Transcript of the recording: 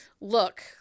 look